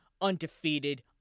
undefeated